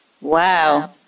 Wow